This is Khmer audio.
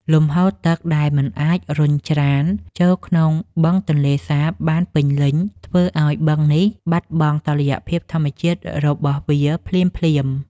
លំហូរទឹកដែលមិនអាចរុញច្រានចូលក្នុងបឹងទន្លេសាបបានពេញលេញធ្វើឱ្យបឹងនេះបាត់បង់តុល្យភាពធម្មជាតិរបស់វាភ្លាមៗ។